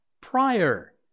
prior